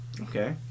Okay